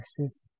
versus